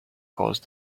caused